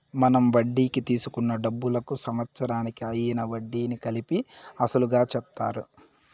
మనం వడ్డీకి తీసుకున్న డబ్బులకు సంవత్సరానికి అయ్యిన వడ్డీని కలిపి అసలుగా చెప్తారు